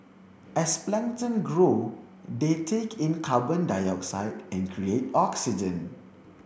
as plankton grow they take in carbon dioxide and create oxygen